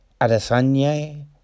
Adesanya